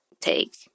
take